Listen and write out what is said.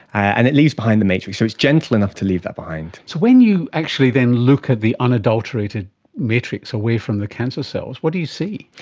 and it leaves behind the matrix, so it's gentle enough to leave that behind. so when you actually then look at the unadulterated matrix away from the cancer cells, what do you see?